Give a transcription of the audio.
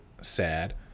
sad